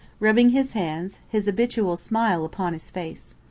rubbing his hands, his habitual smile upon his face.